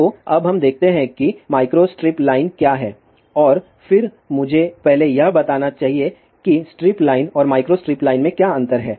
तो अब हम देखते हैं कि माइक्रोस्ट्रिप लाइन क्या है और फिर मुझे पहले यह बताना चाहिए कि स्ट्रिप लाइन और माइक्रोस्ट्रिप लाइन में क्या अंतर हैं